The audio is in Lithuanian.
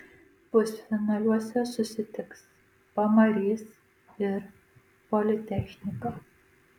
pusfinaliuose susitiks pamarys ir politechnika